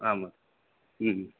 आम्